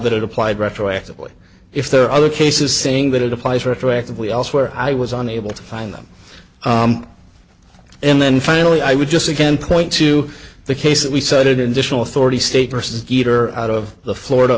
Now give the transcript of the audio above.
that it applied retroactively if there are other cases saying that it applies retroactively elsewhere i was unable to find them and then finally i would just again point to the case that we cited initial authority state versus dieter out of the florida